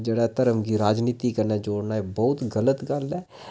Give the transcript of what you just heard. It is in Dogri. जेह्ड़ा धर्म गी राजनीति कन्नै जोड़ना ऐ एह् बहुत गलत गल्ल ऐ